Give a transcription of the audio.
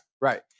right